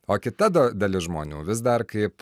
o kita dalis žmonių vis dar kaip